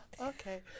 Okay